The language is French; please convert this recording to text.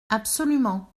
absolument